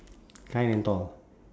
kind and tall